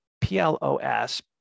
PLOS